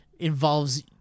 Involves